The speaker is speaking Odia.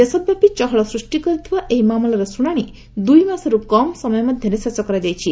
ଦେଶବ୍ୟାପୀ ଚହଳ ସୃଷ୍ଟି କରିଥିବା ଏହି ମାମଲାର ଶୁଣାଶି ଦୁଇ ମାସରୁ କମ୍ ସମୟ ମଧ୍ୟରେ ଶେଷ କରାଯାଇଛି